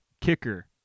kicker